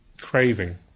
craving